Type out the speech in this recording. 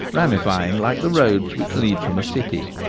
ramifying like the roads which lead from a city.